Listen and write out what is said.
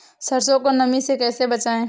सरसो को नमी से कैसे बचाएं?